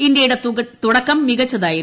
ഇന്ത്യയുടെ തുടക്കം മികച്ചതായിരുന്നു